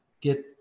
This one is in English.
get